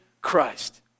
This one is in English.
Christ